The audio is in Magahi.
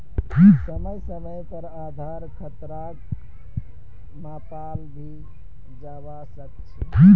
समय समय पर आधार खतराक मापाल भी जवा सक छे